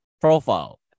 profile